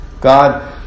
God